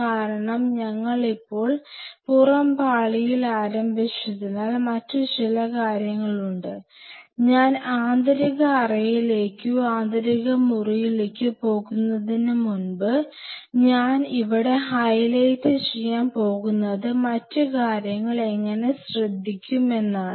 കാരണം ഞങ്ങൾ ഇപ്പോൾ പുറം പാളിയിൽ ആരംഭിച്ചതിനാൽ മറ്റ് ചില കാര്യങ്ങളുണ്ട് ഞാൻ ആന്തരിക അറയിലേക്കോ ആന്തരിക മുറിയിലേക്കോ പോകുന്നതിനുമുമ്പ് ഞാൻ ഇവിടെ ഹൈലൈറ്റ് ചെയ്യാൻ പോകുന്നത് മറ്റ് കാര്യങ്ങൾ എങ്ങനെ ശ്രദ്ധിക്കും എന്നാണ്